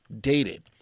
dated